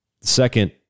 Second